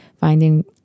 finding